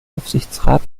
aufsichtsrat